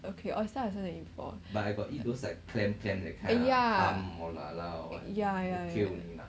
okay osyter I also never eat before yeah yeah yeah yeah